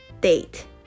date